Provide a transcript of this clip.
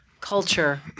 culture